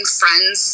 friends